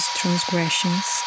transgressions